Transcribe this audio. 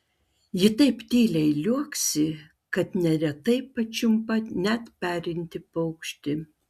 ji taip tyliai liuoksi kad neretai pačiumpa net perintį paukštį